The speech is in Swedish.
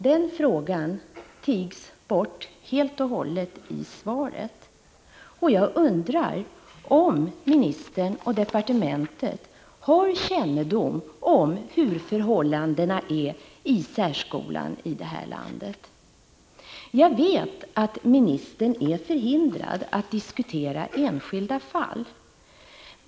Den frågan tigs bort helt och hållet i svaret, och jag undrar därför om ministern och departementet har någon kännedom om hur förhållandena är i särskolan i det här landet. Jag vet att ministern är förhindrad att diskutera enskilda fall.